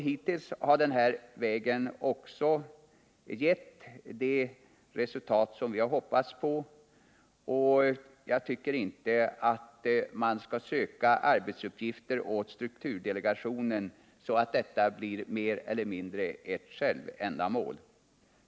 Hittills har den här vägen också gett de resultat som vi har hoppats på, och jag tycker inte att man skall söka arbetsuppgifter åt strukturdelegationen, så att detta blir mer eller mindre ett självändamål.